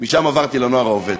משם עברתי ל"נוער העובד".